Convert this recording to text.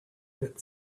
that